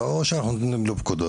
זה לא שאנחנו נותנים לו פקודות,